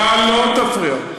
אתה לא תפריע.